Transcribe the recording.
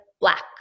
black